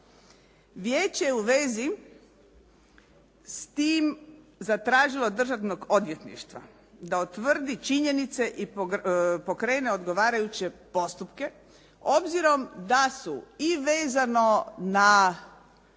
Vijeće u vezi s tim zatražilo od državnog odvjetništva da utvrdi činjenice i pokrene odgovarajuće postupke obzirom da su i vezano na